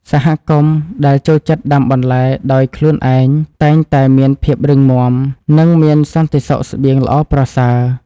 សហគមន៍ដែលចូលចិត្តដាំបន្លែដោយខ្លួនឯងតែងតែមានភាពរឹងមាំ និងមានសន្តិសុខស្បៀងល្អប្រសើរ។